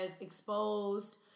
exposed